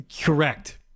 Correct